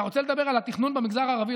אתה רוצה לדבר על התכנון במגזר הערבי,